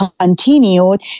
continued